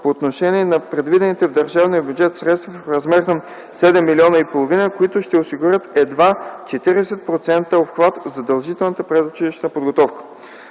по отношение на предвидените в държавния бюджет средства в размер на 7,5 млн. лв., които ще осигурят едва 40% обхват в задължителната предучилищна подготовка.